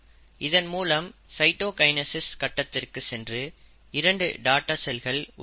இதன் மூலம் சைட்டோகைனசிஸ் கட்டத்திற்கு சென்று 2 டாடர் செல்கள் உருவாகும்